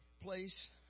place